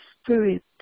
Spirit